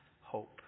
hope